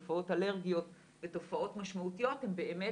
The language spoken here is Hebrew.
תופעות אלרגיות ותופעות משמעותיות, הן באמת